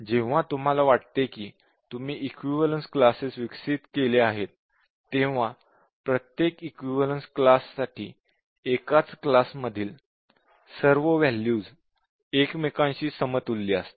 जेव्हा तुम्हाला वाटते कि तुम्ही इक्विवलेन्स क्लासेस विकसित केले आहेत तेव्हा प्रत्येक इक्विवलेन्स क्लास साठी एकाच क्लास मधील सर्व वॅल्यूज एकमेकांशी समतुल्य असतात